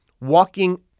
Walking